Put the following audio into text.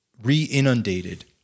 re-inundated